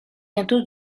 bientôt